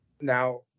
Now